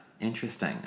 interesting